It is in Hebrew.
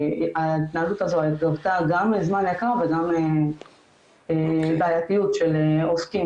ההתנהגות הזו גבתה גם זמן יקר וגם בעייתיות של עוסקים